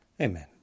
Amen